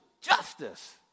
justice